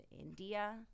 india